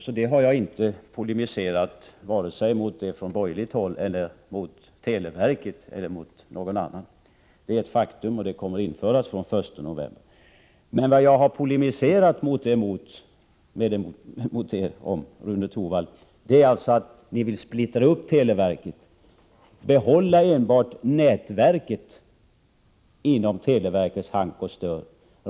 Jag har inte polemiserat vare sig gentemot de borgerliga, gentemot televerket eller gentemot någon annan. Det är ett faktum. Det kommer att bli en ändring från den 1 november. Men jag har polemiserat mot er därför att ni vill splittra upp televerket och behålla enbart nätverket inom televerkets hank och stör.